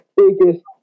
biggest